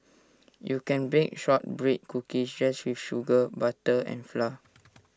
you can bake Shortbread Cookies just with sugar butter and flour